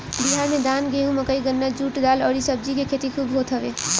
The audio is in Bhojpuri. बिहार में धान, गेंहू, मकई, गन्ना, जुट, दाल अउरी सब्जी के खेती खूब होत हवे